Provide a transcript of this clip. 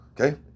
Okay